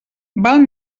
val